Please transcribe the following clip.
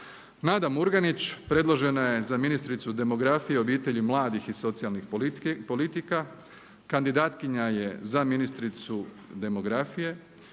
Nada Murganić predložena je za ministricu demografije, obitelji, mladih i socijalnih politika. Kandidatkinja je za ministricu Demografije.